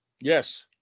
Yes